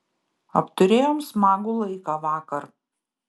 apturėjom smagų laiką vakar